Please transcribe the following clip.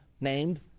named